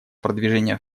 продвижение